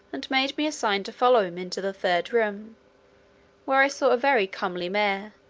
and made me a sign to follow him into the third room where i saw a very comely mare,